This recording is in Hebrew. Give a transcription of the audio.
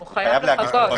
הוא חייב לחכות.